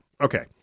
Okay